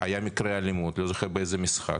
היה מקרה אלימות, לא זוכר באיזה משחק,